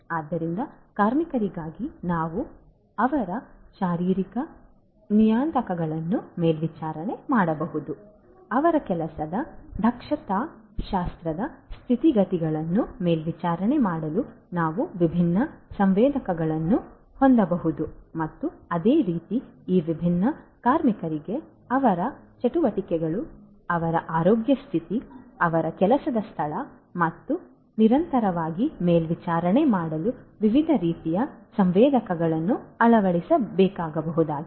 ಆದ್ದರಿಂದ ಕಾರ್ಮಿಕರಿಗಾಗಿ ನಾವು ಅವರ ಶಾರೀರಿಕ ನಿಯತಾಂಕಗಳನ್ನು ಮೇಲ್ವಿಚಾರಣೆ ಮಾಡಬಹುದು ಅವರ ಕೆಲಸದ ದಕ್ಷತಾಶಾಸ್ತ್ರದ ಸ್ಥಿತಿಗತಿಗಳನ್ನು ಮೇಲ್ವಿಚಾರಣೆ ಮಾಡಲು ನಾವು ವಿಭಿನ್ನ ಸಂವೇದಕಗಳನ್ನು ಹೊಂದಬಹುದು ಮತ್ತು ಅದೇ ರೀತಿ ಈ ವಿಭಿನ್ನ ಕಾರ್ಮಿಕರಿಗೆ ಅವರ ಚಟುವಟಿಕೆಗಳು ಅವರ ಆರೋಗ್ಯ ಸ್ಥಿತಿ ಅವರ ಕೆಲಸದ ಸ್ಥಳ ಮತ್ತು ನಿರಂತರವಾಗಿ ಮೇಲ್ವಿಚಾರಣೆ ಮಾಡಲು ವಿವಿಧ ರೀತಿಯ ಸಂವೇದಕಗಳನ್ನು ಅಳವಡಿಸಬಹುದಾಗಿದೆ